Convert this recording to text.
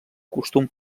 costum